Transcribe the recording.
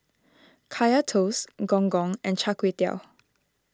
Kaya Toast Gong Gong and Char Kway Teow